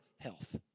health